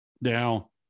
Now